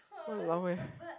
walao-wei